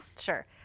sure